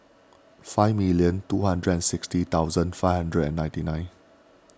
five million two hundred and sixty thousand five hundred and ninety nine